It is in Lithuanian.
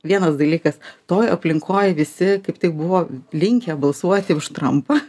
vienas dalykas toj aplinkoj visi taip tik buvo linkę balsuoti už trampą